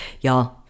Y'all